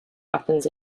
weapons